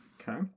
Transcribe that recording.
Okay